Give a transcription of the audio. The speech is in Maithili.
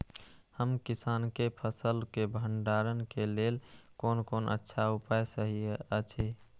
हम किसानके फसल के भंडारण के लेल कोन कोन अच्छा उपाय सहि अछि?